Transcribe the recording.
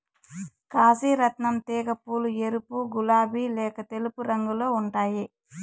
కాశీ రత్నం తీగ పూలు ఎరుపు, గులాబి లేక తెలుపు రంగులో ఉంటాయి